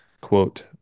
Quote